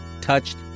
touched